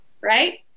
Right